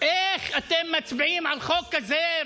איך אתם מצביעים על חוק כזה,